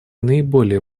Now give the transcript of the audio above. наиболее